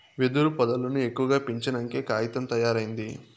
వెదురు పొదల్లను ఎక్కువగా పెంచినంకే కాగితం తయారైంది